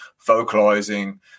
vocalizing